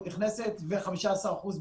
נכון שיש משבר כלכלי מתמשך בכל הארץ,